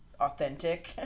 authentic